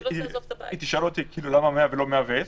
אתה שואל אותי למה 100 ולא 110?